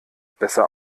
besser